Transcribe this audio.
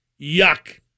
Yuck